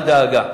אל דאגה,